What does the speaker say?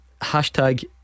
Hashtag